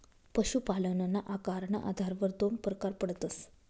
पशुपालनना आकारना आधारवर दोन परकार पडतस